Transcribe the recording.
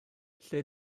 lle